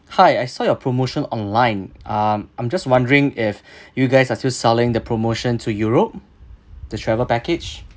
hi I saw your promotion online um I'm just wondering if you guys are still selling the promotion to europe the travel package